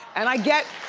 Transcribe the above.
and i get,